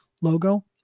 logo